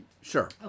sure